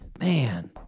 man